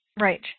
Right